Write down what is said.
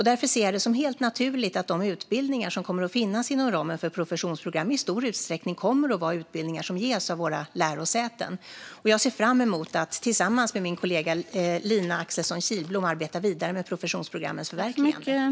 Därför ser jag det som helt naturligt att de utbildningar som kommer att finnas inom ramen för professionsprogram i stor utsträckning kommer att vara utbildningar som ges av våra lärosäten. Jag ser fram emot att tillsammans med min kollega Lina Axelsson Kihlblom arbeta vidare med professionsprogrammens förverkligande.